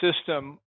system